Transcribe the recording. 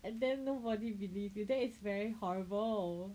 and then nobody believe you that's is very horrible